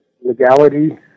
legality